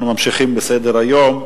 אנחנו ממשיכים בסדר-היום.